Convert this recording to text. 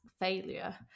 failure